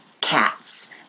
cats